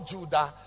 Judah